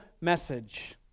message